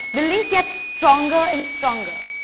the link gets stronger and stronger.